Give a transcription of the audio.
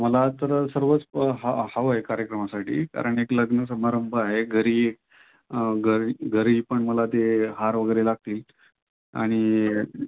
मला तर सर्वच प हा हवं आहे कार्यक्रमासाठी कारण एक लग्नसमारंभ आहे घरी घरी घरीपण मला ते हारवगैरे लागतील आणि